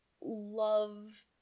Love